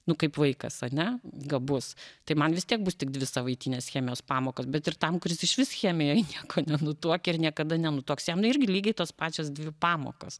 nu kaip vaikas ane gabus tai man vis tiek bus tik dvi savaitinės chemijos pamokos bet ir tam kuris išvis chemijoj nieko nenutuokia ir niekada nenutuoks jam nu irgi lygiai tos pačios dvi pamokos